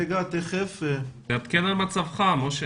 תעדכן על מצבך, משה.